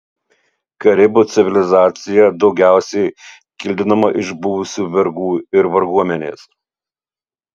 karibų civilizacija daugiausiai kildinama iš buvusių vergų ir varguomenės